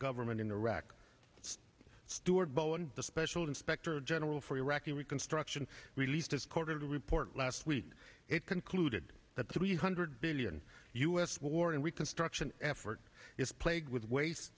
government in iraq stuart bowen the special sector general for iraqi reconstruction released its quarterly report last week it concluded that three hundred billion us war and reconstruction effort is plagued with waste